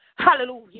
Hallelujah